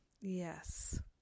Yes